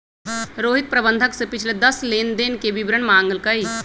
रोहित प्रबंधक से पिछले दस लेनदेन के विवरण मांगल कई